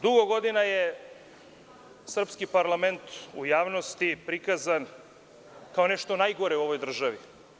Dugo godina je srpski parlament u javnosti prikazan kao nešto najgore u ovoj državi.